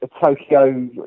Tokyo